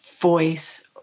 voice